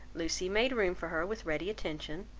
lucy made room for her with ready attention,